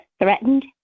threatened